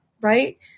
right